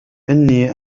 إني